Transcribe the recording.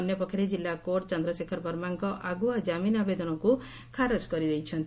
ଅନ୍ୟପକ୍ଷରେ କିଲ୍ଲା କୋର୍ଟ ଚନ୍ଦ୍ରଶେଖର ବର୍ମାଙ୍କ ଆଗୁଆ ଜାମିନ୍ ଆବେଦନକୁ ଖାରଜ କରିଦେଇଛନ୍ତି